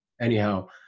anyhow